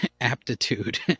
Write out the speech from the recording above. aptitude